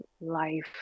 life